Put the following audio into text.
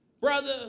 brother